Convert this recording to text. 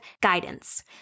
guidance